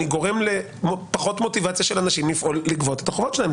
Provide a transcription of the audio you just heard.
אלא אני גורם לפחות מוטיבציה של אנשים לפעול לגבות את החובות שלהם.